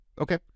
okay